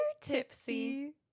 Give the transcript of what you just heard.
tipsy